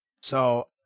So-